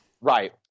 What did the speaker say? right